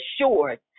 assured